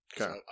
Okay